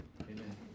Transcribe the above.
Amen